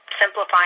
simplifying